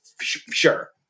sure